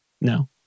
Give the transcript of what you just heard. no